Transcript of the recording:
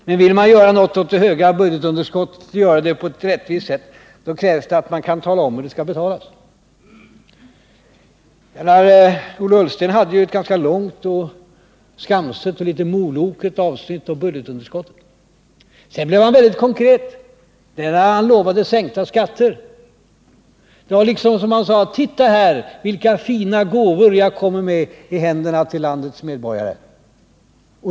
Men vill man göra något åt det höga budgetunderskottet och göra det på ett rättvist sätt, då krävs det att man kan tala om hur det skall betalas. Ola Ullsten hade i sitt anförande ett ganska långt, skamset och litet moloket avsnitt om budgetunderskottet. Sedan blev han väldigt konkret, när han lovade sänkta skatter. Det var som om han sade: Titta här vilka fina gåvor jag kommer med i händerna till landets medborgare.